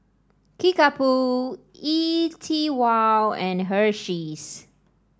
Kickapoo E TWOW and Hersheys